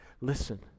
Listen